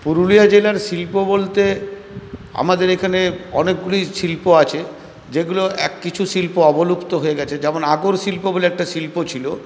পুরুলিয়া জেলার শিল্প বলতে আমাদের এখানে অনেকগুলি শিল্প আছে যেগুলো এক কিছু শিল্প অবলুপ্ত হয়ে গেছে যেমন আগর শিল্প বলে একটা শিল্প ছিল